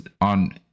on